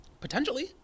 Potentially